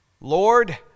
Lord